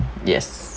yes